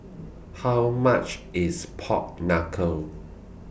How much IS Pork Knuckle